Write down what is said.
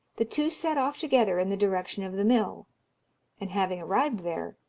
the two set off together in the direction of the mill and having arrived there,